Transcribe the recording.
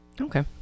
Okay